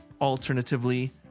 alternatively